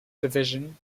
division